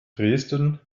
dresden